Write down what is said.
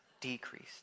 decreased